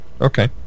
okay